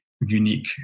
unique